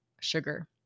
sugar